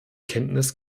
kenntnis